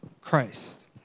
Christ